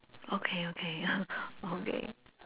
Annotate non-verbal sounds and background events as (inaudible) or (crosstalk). okay okay (laughs) okay